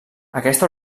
aquesta